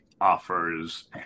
offers